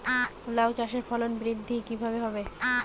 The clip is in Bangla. লাউ চাষের ফলন বৃদ্ধি কিভাবে হবে?